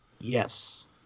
Yes